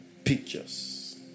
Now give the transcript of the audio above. pictures